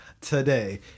today